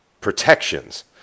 protections